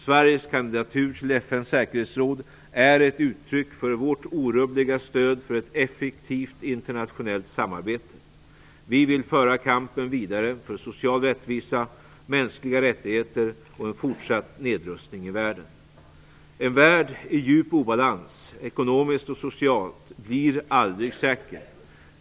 Sveriges kandidatur till FN:s säkerhetsråd är ett uttryck för vårt orubbliga stöd för ett effektivt internationellt samarbete. Vi vill föra kampen vidare för social rättvisa, mänskliga rättigheter och en fortsatt nedrustning i världen. En värld i djup obalans, ekonomiskt och socialt, blir aldrig säker.